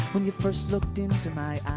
when you first looked into my